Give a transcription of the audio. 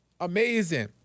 amazing